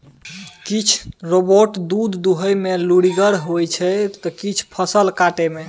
किछ रोबोट दुध दुहय मे लुरिगर होइ छै त किछ फसल काटय मे